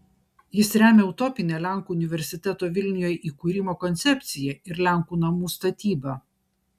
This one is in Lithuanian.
jis remia utopinę lenkų universiteto vilniuje įkūrimo koncepciją ir lenkų namų statybą